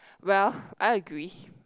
well I agree